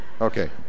okay